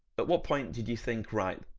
but what point did you think right,